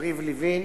יריב לוין,